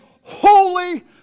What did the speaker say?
holy